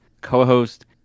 co-host